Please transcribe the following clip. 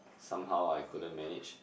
somehow I couldn't manage